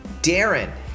Darren